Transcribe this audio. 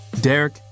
Derek